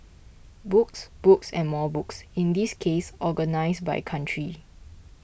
books books and more books in this case organised by country